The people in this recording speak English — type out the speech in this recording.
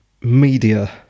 media